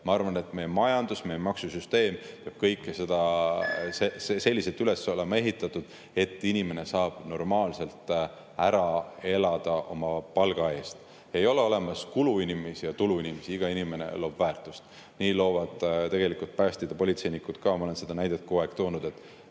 Ma arvan, et meie majandus ja meie maksusüsteem peavad olema selliselt üles ehitatud, et inimene saab normaalselt ära elada oma palga eest. Ei ole olemas kuluinimesi ja tuluinimesi. Iga inimene loob väärtust. Nii loovad [väärtust] päästjad ja politseinikud ka. Ma olen seda näidet kogu aeg toonud,